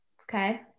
Okay